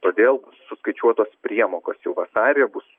todėl suskaičiuotos priemokos jau vasarį bus